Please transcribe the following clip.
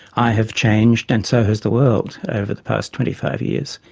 i have changed and so has the world over the past twenty five years.